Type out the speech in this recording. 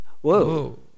Whoa